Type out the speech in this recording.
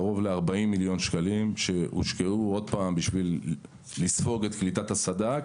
קרוב ל-40 מיליון שקלים שהושקעו בשביל לספוג את קליטת הסד"כ